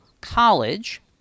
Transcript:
College